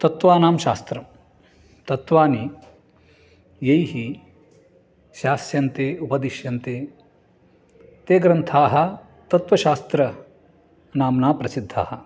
तत्त्वानां शास्त्रं तत्त्वानि यैः शास्यन्ते उपदिश्यन्ते ते ग्रन्थाः तत्त्वशास्त्रनाम्ना प्रसिद्धाः